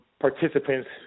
participants